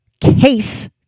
case